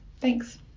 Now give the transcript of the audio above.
thanks